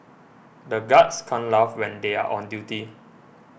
the guards can't laugh when they are on duty